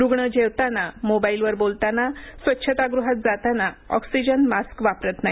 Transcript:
रुग्ण जेवतानामोबाइलवर बोलतानास्वच्छतागृहात जाताना ऑक्सिजन मास्क वापरत नाही